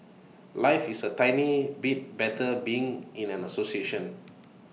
life is A tiny bit better being in an association